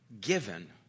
given